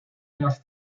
las